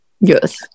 yes